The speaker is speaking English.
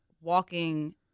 walking